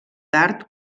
tard